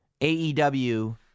AEW